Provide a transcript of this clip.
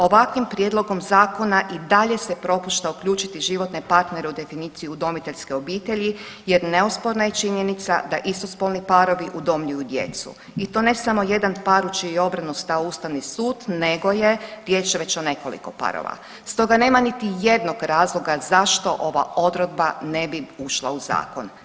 Ovakvim prijedlogom zakona i dalje se propušta uključiti životne partnere u definiciju udomiteljske obitelji jer neosporna je činjenica da istospolni parovi udomljuju djecu i to ne samo jedan par u čiju je obranu stao Ustavni sud nego je riječ već o nekoliko parova, stoga nema niti jednog razloga zašto ova odredba ne bi ušla u zakon.